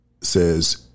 says